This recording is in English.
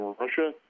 Russia